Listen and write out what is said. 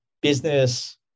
business